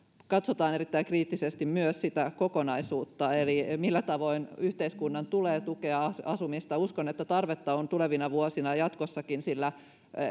katsotaan erittäin kriittisesti myös sitä kokonaisuutta eli sitä millä tavoin yhteiskunnan tulee tukea asumista uskon että tarvetta on tulevina vuosina jatkossakin sillä